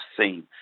seen